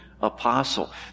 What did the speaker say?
apostle